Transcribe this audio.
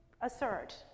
assert